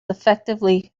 effectively